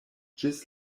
ĝis